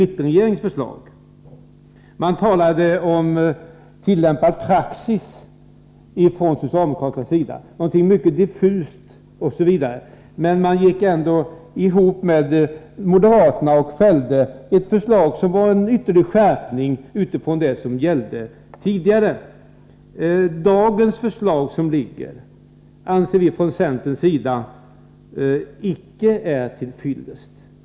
Socialdemokraterna talade mycket diffust om tillämpning av praxis osv., men fällde tillsammans med moderaterna ett förslag som innebar en skärpning av det som tidigare gällde. Det förslag som föreligger i dag anser vi från centerns sida inte vara till fyllest.